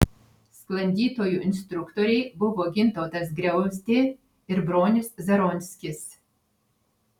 sklandytojų instruktoriai buvo gintautas griauzdė ir bronius zaronskis